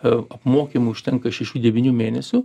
a apmokymų užtenka šešių devynių mėnesių